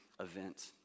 event